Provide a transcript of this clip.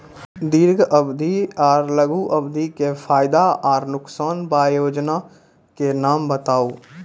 दीर्घ अवधि आर लघु अवधि के फायदा आर नुकसान? वयोजना के नाम बताऊ?